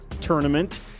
Tournament